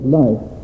life